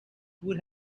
would